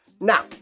Now